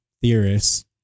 Theorists